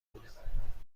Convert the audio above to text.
بودم